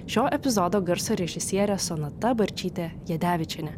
šio epizodo garso režisierė sonata barčytė jedevičienė